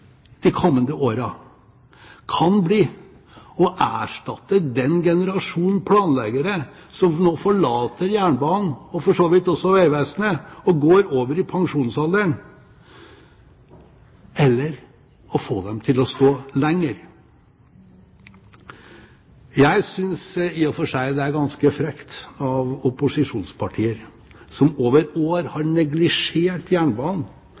de kommende årene kan bli å erstatte den generasjon planleggere som nå forlater jernbanen, og for så vidt også Vegvesenet, og går over i pensjonsalderen, eller å få dem til å stå lenger. Jeg synes i og for seg det er ganske frekt av opposisjonspartier som over år har neglisjert jernbanen,